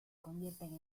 convierten